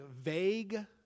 vague